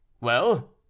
Well